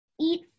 eat